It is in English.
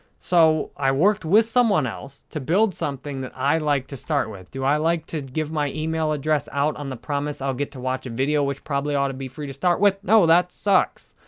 so, i worked with someone else to build something that i like to start with. do i like to give my email address out on the promise i'll get to watch a video which probably ought to be free to start with? no, that sucks.